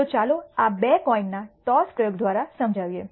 તો ચાલો આને બે કોઈનના ટોસ પ્રયોગ દ્વારા સમજાવીએ